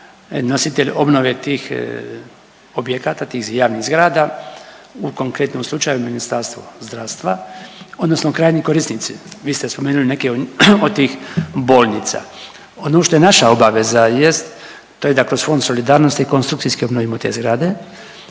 nositelj obnove tih objekata, tih javnih zgrada u konkretnom slučaju je Ministarstvo zdravstva odnosno krajnji korisnici, vi ste spomenuli neke od tih bolnica. Ono što je naša obaveza jest to je da kroz Fond solidarnosti konstrukcijski obnovimo te zgrade